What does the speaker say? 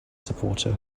supporter